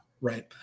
right